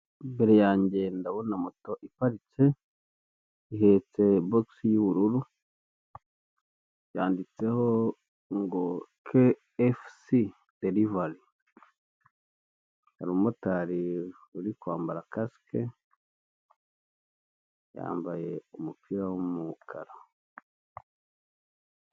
Imbere yanjye ndabona moto iparitse, ihetse bokisi y'ubururu, yanditseho ngo KFC delivery, hari umumotari uri kwambara kasike, yambaye umupira w'umukara.